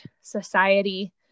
society